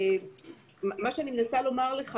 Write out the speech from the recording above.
אני מנסה לומר זה